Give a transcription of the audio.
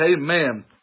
amen